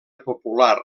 popular